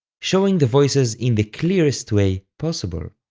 showing the voices in the clearest way possible.